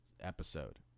episode